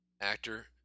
actor